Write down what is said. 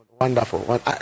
Wonderful